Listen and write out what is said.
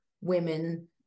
women